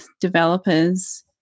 developers